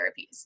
therapies